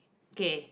okay